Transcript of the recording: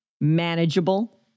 manageable